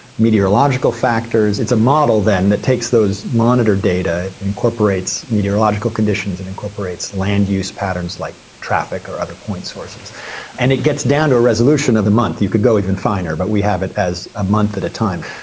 meteorological factors it's a model then that takes those monitor data and incorporates meteorological conditions and incorporates land use patterns like traffic or other point sources and it gets down to a resolution of a month you could go even finer but we have it as a month at a time.